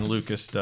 Lucas